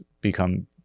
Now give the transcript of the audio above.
become